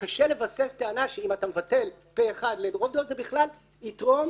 קשה לבסס טענה שאם אתה מבטל פה אחד זה בכלל יתרום,